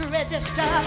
register